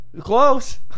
Close